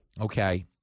Okay